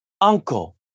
uncle